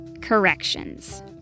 corrections